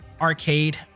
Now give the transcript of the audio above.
arcade